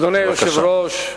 אדוני היושב-ראש,